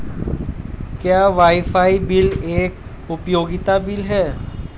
क्या wifi bill एक उपयोगिता बिल है?